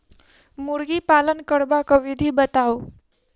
मुर्गी पालन करबाक विधि बताऊ?